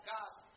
God's